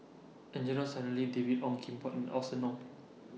Angelo Sanelli David Ong Kim Port and Austen Ong